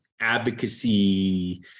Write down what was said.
advocacy